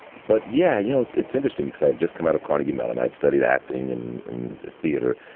but, yeah, you know, it's it's interesting because i had just come out of carnegie mellon. i had studied acting and in theater.